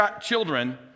children